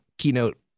Keynote